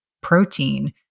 protein